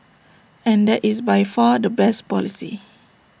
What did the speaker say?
and that is by far the best policy